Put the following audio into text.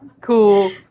Cool